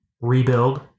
rebuild